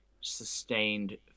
sustained